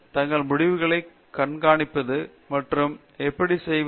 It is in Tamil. தங்கள் முடிவுகளை காண்பிப்பது என்ன செய்வது என்று வினாவுவார்கள்